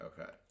Okay